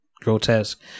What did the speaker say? grotesque